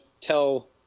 tell